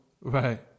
Right